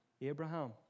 Abraham